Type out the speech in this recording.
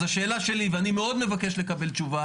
אז השאלה שלי ואני מבקש לקבל תשובה